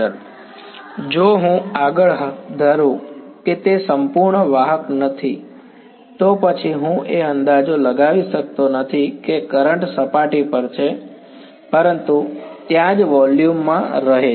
પછી જો હું આગળ ધારું કે તે સંપૂર્ણ વાહક નથી તો પછી હું એ અંદાજો લગાવી શકતો નથી કે કરંટ સપાટી પર છે પરંતુ ત્યાં જ વોલ્યુમ માં રહે છે